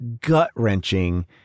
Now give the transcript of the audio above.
gut-wrenching